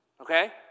okay